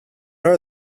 are